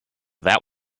that